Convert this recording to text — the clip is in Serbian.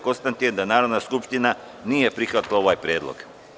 Konstatujem da Narodna skupština nije prihvatila ovaj predlog.